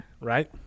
right